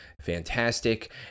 Fantastic